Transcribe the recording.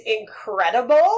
incredible